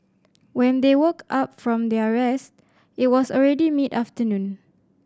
when they woke up from their rest it was already mid afternoon